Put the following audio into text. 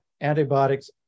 antibiotics